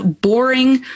boring